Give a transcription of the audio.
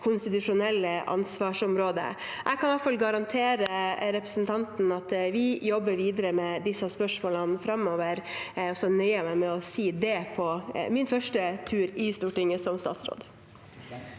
konstitusjonelle ansvarsområde. Jeg kan i hvert fall garantere representanten at vi jobber videre med disse spørsmålene framover, og så vil jeg nøye meg med å si det i dag, på min første tur til Stortinget som statsråd.